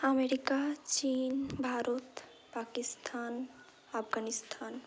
America চীন ভারত পাকিস্তান আফগানিস্তান